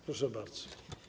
Proszę bardzo.